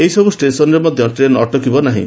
ଏହିସବୁ ଷ୍ଟେସନରେ ମଧ୍ୟ ଟ୍ରେନ୍ ଅଟକିବ ନାହିଁ